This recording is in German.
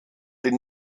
den